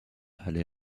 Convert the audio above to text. allait